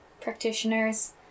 practitioners